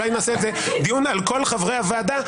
אולי נעשה דיון על כל חברי הוועדה.